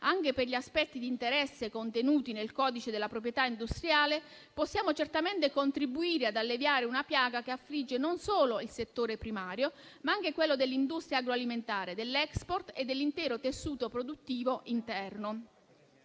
anche per gli aspetti di interesse contenuti nel codice della proprietà industriale, possiamo certamente contribuire ad alleviare una piaga che affligge non solo il settore primario, ma anche quello dell'industria agroalimentare, dell'*export* e dell'intero tessuto produttivo interno.